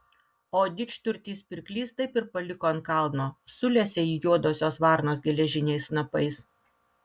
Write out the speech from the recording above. o didžturtis pirklys taip ir paliko ant kalno sulesė jį juodosios varnos geležiniais snapais